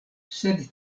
sed